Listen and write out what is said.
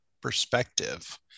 perspective